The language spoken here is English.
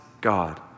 God